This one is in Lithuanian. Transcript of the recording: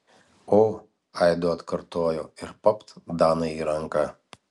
o aidu atkartojo ir papt danai į ranką